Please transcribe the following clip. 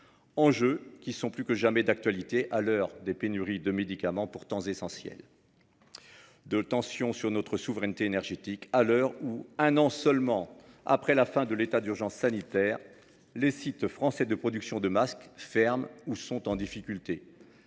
enjeux sont plus que jamais d’actualité, à l’heure des pénuries de médicaments pourtant essentiels et de tensions sur notre souveraineté énergétique. Ainsi, un an seulement après la fin de l’état d’urgence sanitaire, les sites français de production de masques ferment ou sont en difficulté.